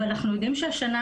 אבל אנחנו יודעים שהשנה,